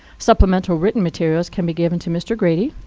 supplemental written materials can be given to mr. grady,